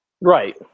Right